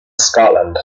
scotland